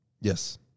Yes